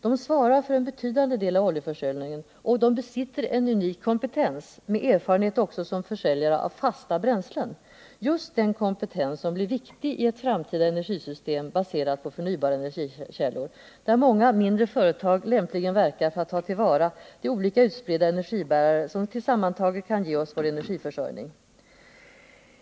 De svarar för en betydande del av oljeförsäljningen, och de besitter en unik kompetens med erfarenhet också som försäljare av fasta bränslen, just den kompetens som blir viktig i ett framtida energisystem baserat på förnybara energikällor, där många mindre företag lämpligen verkar för att ta till vara de olika utspridda energibärare som tillsammantaget kan ge oss vår energiförsörjning.